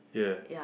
yeah